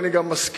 ואני גם מסכים,